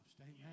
Amen